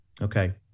Okay